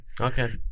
Okay